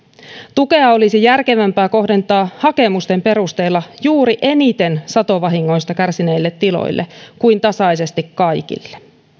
tukea olisi järkevämpää kohdentaa hakemusten perusteella juuri eniten satovahingoista kärsineille tiloille kuin tasaisesti kaikille